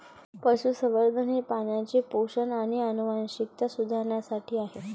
पशुसंवर्धन हे प्राण्यांचे पोषण आणि आनुवंशिकता सुधारण्यासाठी आहे